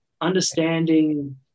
Understanding